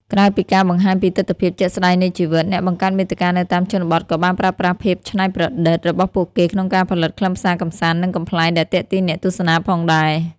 ក្រៅពីការបង្ហាញពីទិដ្ឋភាពជាក់ស្តែងនៃជីវិត អ្នកបង្កើតមាតិកានៅតាមជនបទក៏បានប្រើប្រាស់ភាពច្នៃប្រឌិតរបស់ពួកគេក្នុងការផលិតខ្លឹមសារកម្សាន្ត និងកំប្លែង ដែលទាក់ទាញអ្នកទស្សនាផងដែរ។